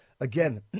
Again